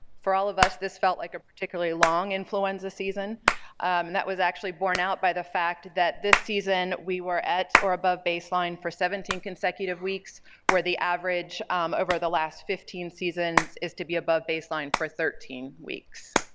for all of us this felt like a particularly long influenza season and that was actually borne out by the fact that this season we were at or above baseline for seventeen consecutive weeks where the average over the last fifteen seasons is to be above baseline for thirteen weeks.